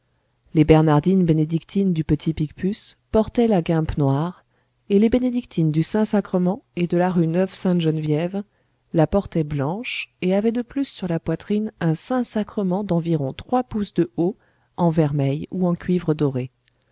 les bernardines bénédictines du petit picpus portaient la guimpe noire et les bénédictines du saint-sacrement et de la rue neuve-sainte-geneviève la portaient blanche et avaient de plus sur la poitrine un saint-sacrement d'environ trois pouces de haut en vermeil ou en cuivre doré